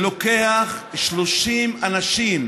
שלוקח 30 אנשים